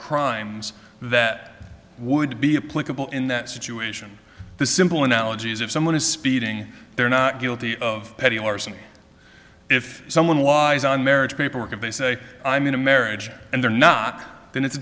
crimes that would be a political in that situation the simple analogy is if someone is speeding they're not guilty of petty larceny if someone was on marriage paperwork and they say i'm in a marriage and they're not then it's a